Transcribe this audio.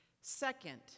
second